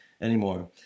anymore